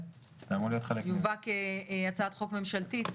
יובא כהצעת חוק ממשלתית?